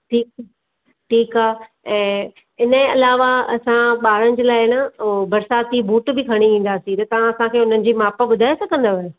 ठीकु ठीकु आहे ऐं इन जे अलावा असां ॿारनि जे लाइ न बरसाती बूट बि खणी ईंदासी तव्हां असांखे हुननि जी माप ॿुधाए सघंदव